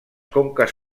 conques